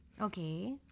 Okay